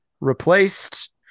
replaced